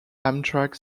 amtrak